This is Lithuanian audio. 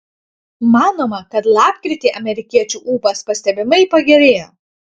manoma kad lapkritį amerikiečių ūpas pastebimai pagerėjo